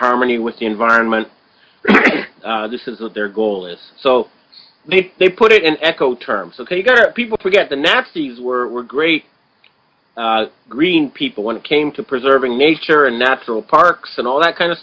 harmony with the environment this is what their goal is so they put it in eco terms of people to get the nasties were great green people when it came to preserving nature and natural parks and all that kind